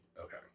Okay